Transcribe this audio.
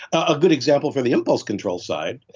a good example for the impulse control side,